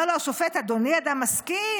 אומר לו השופט: אדוני אדם משכיל,